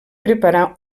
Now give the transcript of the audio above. preparà